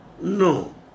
No